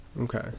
Okay